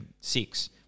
six